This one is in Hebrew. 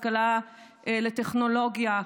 השכלה לטכנולוגיה,